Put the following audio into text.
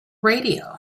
radio